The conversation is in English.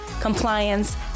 compliance